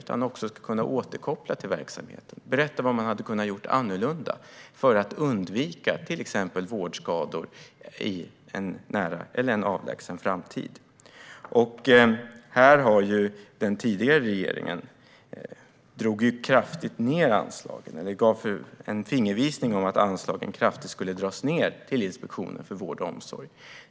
Den ska också kunna återkoppla till verksamheten och berätta vad som hade kunnat göras annorlunda för att undvika till exempel vårdskador i en nära eller avlägsen framtid. Den tidigare regeringen gav en fingervisning om att man kraftigt skulle dra ned anslagen till Inspektionen för vård och omsorg.